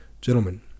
Gentlemen